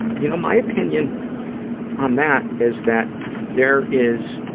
you know, my opinion on that is that there is,